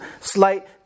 slight